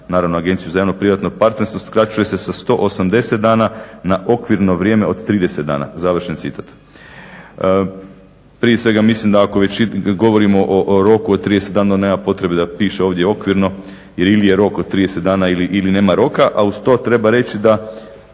naravno Agenciju za javno-privatno partnerstvo. Skraćuje se sa 180 dana na okvirno vrijeme od 30 dana. Završen citat. Prije svega mislim da ako već govorimo o roku od 30 dana, onda nema potrebe da piše ovdje okvirno. Jer ili je rok od 30 dana ili nema roka a uz to treba reći da